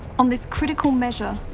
on this critical measure,